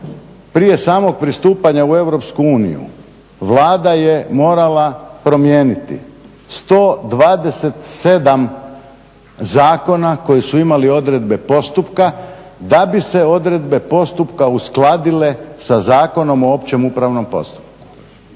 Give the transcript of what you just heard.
prije samog pristupanja u EU Vlada je morala promijeniti 127 zakona koji su imali odredbe postupka, da bi se odredbe postupka uskladile sa Zakonom o opće upravnom postupku.